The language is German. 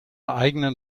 eigenen